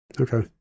Okay